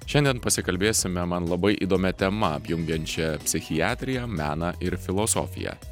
šiandien pasikalbėsime man labai įdomia tema apjungiančia psichiatriją meną ir filosofiją